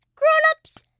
grown-ups,